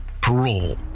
parole